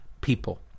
people